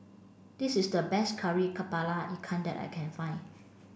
this is the best Kari Kepala Ikan that I can find